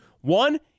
One